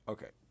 Okay